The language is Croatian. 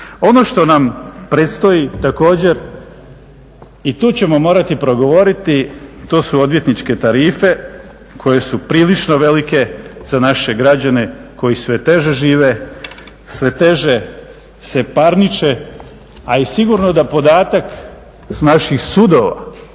Ono što nam predstoji također i tu ćemo morati progovoriti to su odvjetničke tarife koje su prilično velike za naše građane koji sve teže žive, sve teže se parniče a i sigurno da podatak s naših sudova